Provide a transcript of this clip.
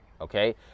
Okay